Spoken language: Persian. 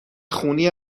خونی